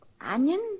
onion